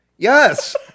yes